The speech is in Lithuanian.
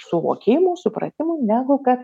suvokimų supratimų negu kad